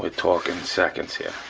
ah talking seconds here,